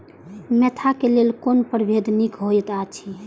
Mentha क लेल कोन परभेद निक होयत अछि?